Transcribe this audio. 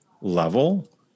level